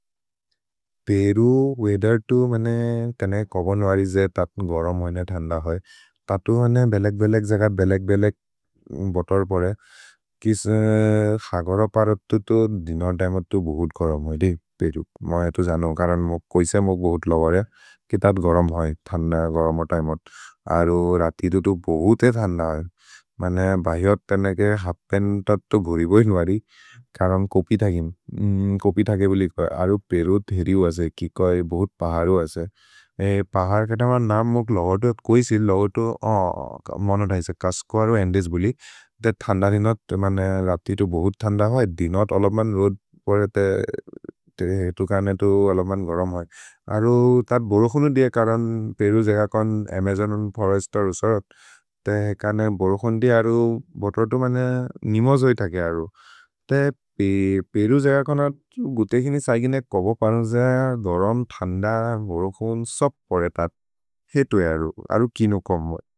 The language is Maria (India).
Peru weather तु मेने तेने कोबन् वरि जे ततन् गरम् होएने थन्द होइ, ततु मेने बेलेक्-बेलेक् जेक बेलेक्-बेलेक् बोतर् परे। किस् खगर परत् तु तो दिनर् तिमे अतु बोहुत् गरम् होइदे पेरु, म एतु जनो करन् कोइसे मो बोहुत् लबरे। कि ततन् गरम् होइ, थन्द गरम तिमे अतु, अरु रति तु तो बोहुते थन्द होइ, मने बहिओत् तेनेके हपेन् ततु घोरिबोहिन् वरि। करन् कोपि थगेम्, कोपि थगे बोलि कोइ, अरु पेरु धेरि हो असे, कि कोइ, बोहुत् पहर् हो असे, ए पहर् के तमन् नाम् मोक् लबतो। कोइसे लबतो, आ, मनो दहिस, कस्को अरु अन्देस् बोलि, ते थन्द दिनत्, मने रति तु बोहुत् थन्द होइ, दिनत् अलमन् रोद् परे। ते एतु करन् एतु अलमन् गरम् होइ, अरु तत् बोरोखुनु दिए करन्, पेरु जेककोन् अमजोन् फोरेस्त् अरु सरत्, ते करन् बोरोखुनु दिए अरु। भोतर् तु मेने निमजोइ थगे अरु, ते पेरु जेककोन गुतेकिनि सैगिने कोबन् वरि जे, धरम्, थन्द, बोरोखुन्। सब् परे, तत् हेतु ए अरु, अरु किनु कोम् होइ।